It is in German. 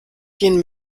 gehen